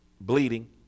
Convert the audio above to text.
bleeding